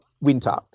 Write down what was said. Winter